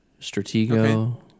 Stratego